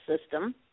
system